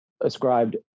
ascribed